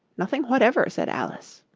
nothing whatever said alice.